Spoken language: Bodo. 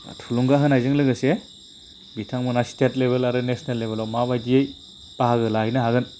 थुलुंगा होनायजों लोगोसे बिथांमोना स्टेट लेभेल आरो नेसनेल लेभेलाव माबायदियै बाहागो लाहैनो हागोन